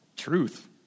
truth